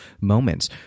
moments